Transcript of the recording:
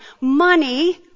money